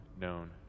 known